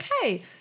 Okay